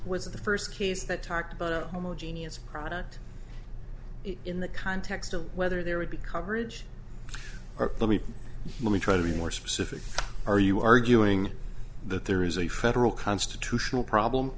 was the first case that talked about almost genius product in the context of whether there would be coverage or let me let me try to be more specific are you arguing that there is a federal constitutional problem